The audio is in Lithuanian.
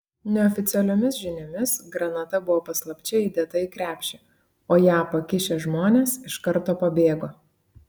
neoficialiomis žiniomis granata buvo paslapčia įdėta į krepšį o ją pakišę žmonės iš karto pabėgo